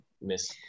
miss